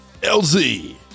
lz